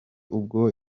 ubwo